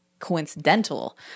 coincidental